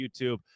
YouTube